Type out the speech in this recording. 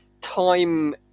time